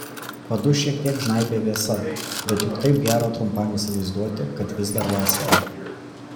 padus šiek tiek žnaibė vėsa bet juk taip gera trumpam įsivaizduoti kad vis dar vasara